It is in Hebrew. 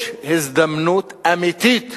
יש הזדמנות אמיתית